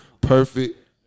Perfect